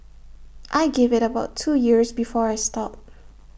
I give IT about two years before I stop